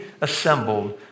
assembled